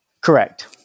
Correct